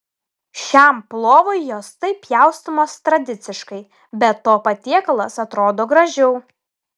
šiam plovui jos taip pjaustomos tradiciškai be to patiekalas atrodo gražiau